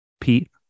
Pete